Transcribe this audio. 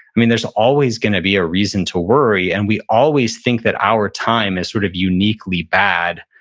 there's always going to be a reason to worry, and we always think that our time is sort of uniquely bad.